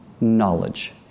knowledge